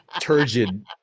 Turgid